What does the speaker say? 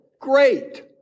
Great